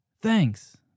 thanks